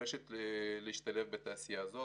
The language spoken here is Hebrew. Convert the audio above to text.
הנדרשת כדי להשתלב בתעשייה זו.